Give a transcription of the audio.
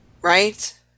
right